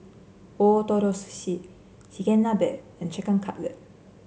Ootoro Sushi Chigenabe and Chicken Cutlet